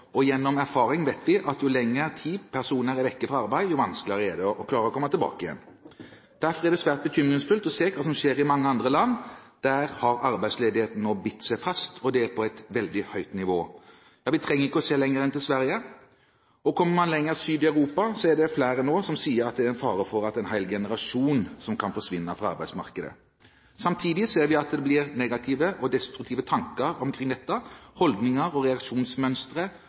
og gjennom erfaring vet vi at jo lenger personer er borte fra arbeid, dess vanskeligere er det å klare å komme tilbake. Derfor er det svært bekymringsfullt å se hva som skjer i mange andre land. Der har arbeidsledigheten nå bitt seg fast, og det på et veldig høyt nivå. Vi trenger ikke å se lenger enn til Sverige. Kommer man lenger syd i Europa, er det flere nå som sier at det er en fare for at en hel generasjon kan forsvinne fra arbeidsmarkedet. Samtidig ser vi at det blir negative og destruktive tanker, holdninger og